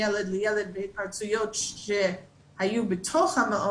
ילדים וההתפרצויות שהיו בתוך המעון,